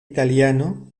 italiano